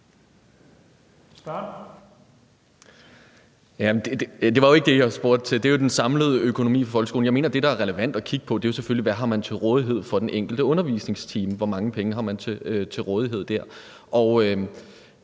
Det var jo ikke det, jeg spurgte til. Det er jo den samlede økonomi for folkeskolen. Jeg mener, at det, der er relevant at kigge på, selvfølgelig er, hvad man har til rådighed i den enkelte undervisningstime. Hvor mange penge har man til rådighed dér?